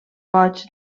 goigs